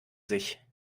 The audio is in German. sich